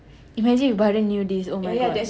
imagine is Bahril knew this oh my god